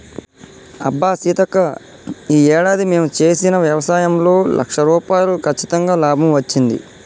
అబ్బా సీతక్క ఈ ఏడాది మేము చేసిన వ్యవసాయంలో లక్ష రూపాయలు కచ్చితంగా లాభం వచ్చింది